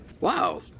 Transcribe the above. Wow